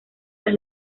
las